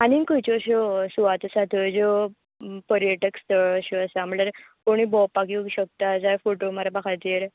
आनीक खंयच्यो अश्यो सुवात आसा थंय ज्यो पर्यटक स्थळ अश्यो आसा म्हळ्यार कोणय भोंवपाक येवंक शकता जाव कोण फोटो मारपा खातीर